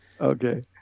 Okay